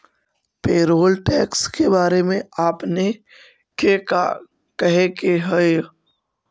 Payroll tax के बारे में आपने के का कहे के हेअ?